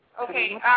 Okay